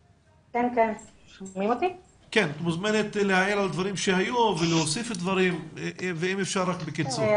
את מוזמנת להעיר על דברים שהיו ולהוסיף דברים ואם אפשר רק בקיצור.